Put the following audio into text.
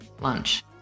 lunch